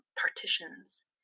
partitions